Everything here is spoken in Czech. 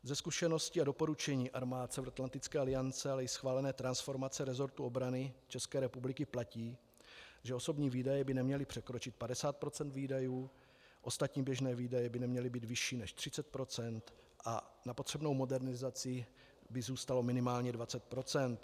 Ze zkušeností a doporučení armád Severoatlantické aliance, ale i schválené transformace resortu obrany České republiky platí, že osobní výdaje by neměly překročil 50 % výdajů, ostatní běžné výdaje by neměly být vyšší než 30 % a na potřebnou modernizaci by zůstalo minimálně 20 %.